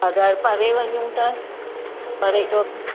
अगरि परे वञूं त परे थोरो